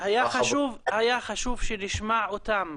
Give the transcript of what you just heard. היה חשוב שנשמע אותם.